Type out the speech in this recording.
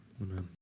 Amen